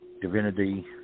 divinity